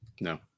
No